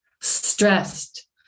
stressed